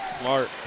Smart